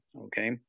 okay